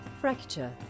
Fracture